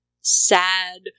sad